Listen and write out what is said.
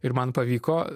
ir man pavyko